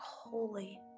holy